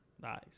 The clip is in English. Nice